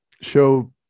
show